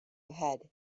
ahead